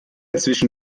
zwischen